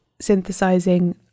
synthesizing